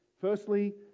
Firstly